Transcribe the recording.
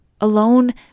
Alone